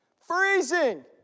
Freezing